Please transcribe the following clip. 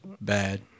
bad